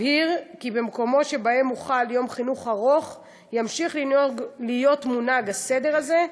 אבהיר כי במקומות שבהם הוחל יום חינוך ארוך ימשיך להיות מונהג הסדר הזה,